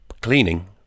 cleaning